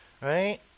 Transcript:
right